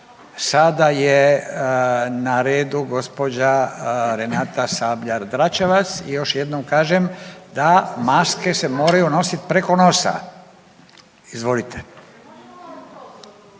Sada je na redu gospođa Renata Sabljar Dračevac i još jednom kažem da maske se moraju nositi preko nosa. Izvolite.